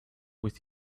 with